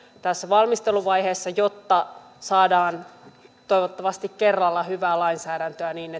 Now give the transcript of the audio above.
tässä valmisteluvaiheessa jotta saadaan toivottavasti kerralla hyvää lainsäädäntöä niin